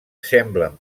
semblen